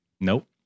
Nope